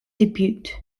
debut